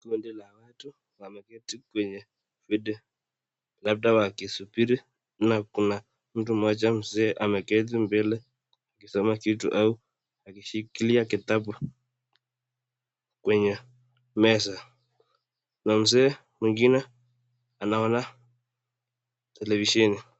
Kundi la watu wameketi kwenye viti labda wakisubiri alafu kuna mtu mmoja mzee ameketi mbele akisoma kitu au akishikilia kitabu kwenye meza. Na mzee mwingine anaona televisheni.